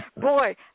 boy